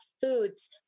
foods